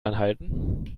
anhalten